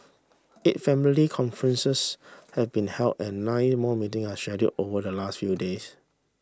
eight family conferences have been held and nine more meeting are scheduled over the last few days